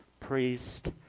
priest